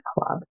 club